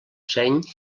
seny